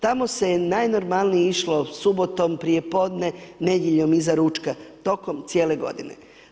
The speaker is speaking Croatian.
Tamo se je najnormalnije išlo subotom prijepodne, nedjeljom iza ručka tokom cijele godine.